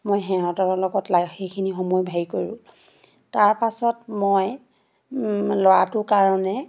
মই সিহঁতৰ লগত লাই সেইখিনি সময় হেৰি কৰোঁ তাৰ পাছত মই ল'ৰাটোৰ কাৰণে